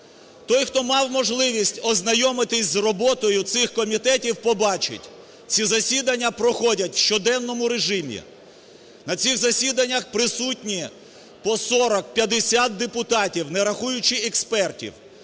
Той, хто мав можливість ознайомитись з роботою цих комітетів, побачить, ці засідання проходять у щоденному режимі, на цих засіданнях присутні по 40-50 депутатів, не рахуючи експертів.